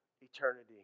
eternity